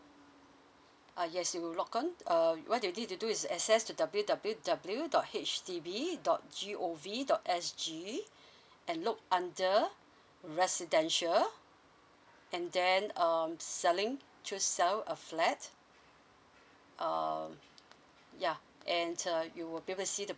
uh yes you'll log on uh what you need to do is access to w w w dot H D B dot g o v dot s g and look under residential and then um selling to sell a flat um ya and uh you will be able to see the